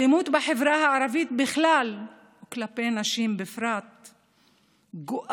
האלימות בחברה הערבית בכלל וכלפי הנשים בפרט גואה.